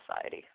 society